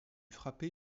frappé